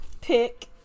pick